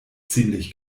ziemlich